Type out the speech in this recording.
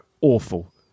awful